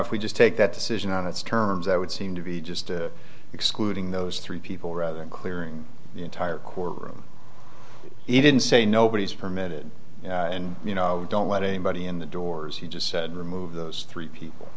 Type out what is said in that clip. if we just take that decision on its terms that would seem to be just excluding those three people rather than clearing the entire court room he didn't say nobody is permitted and don't let anybody in the doors he just said remove those three people